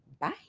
bye